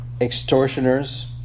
extortioners